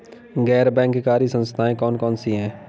गैर बैंककारी संस्थाएँ कौन कौन सी हैं?